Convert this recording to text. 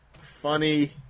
funny